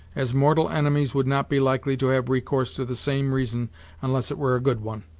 as mortal enemies would not be likely to have recourse to the same reason unless it were a good one.